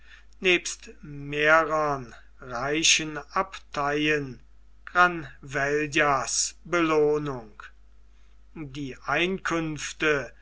nebst mehreren reichen abteien granvellas belohnung die einkünfte